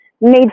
made